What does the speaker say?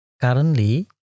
Currently